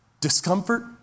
discomfort